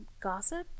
gossip